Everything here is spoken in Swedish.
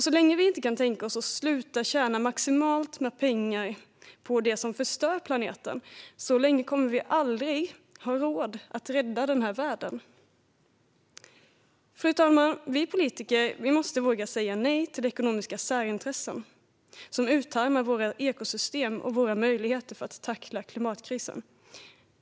Så länge som vi inte kan tänka oss att sluta tjäna maximalt med pengar på det som förstör planeten, så länge kommer vi aldrig att ha råd att rädda världen. Fru talman! Vi politiker måste våga säga nej till ekonomiska särintressen som utarmar våra ekosystem och våra möjligheter att tackla klimatkrisen.